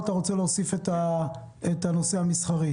או אתה רוצה להוסיף את הסעיף המסחרי?